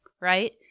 right